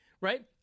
right